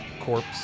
Corpse